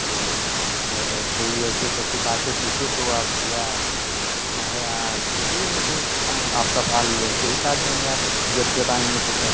तो अगर कोई ऐसे से ऐसे बातें पूछे तो आप भैया हमारे यहाँ भेजिए उनको हम आपका बाल वैसे ही काट देंगे आप जब जब आएँगे तो सर